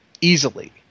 easily